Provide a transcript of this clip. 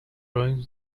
ruins